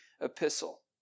epistle